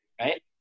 right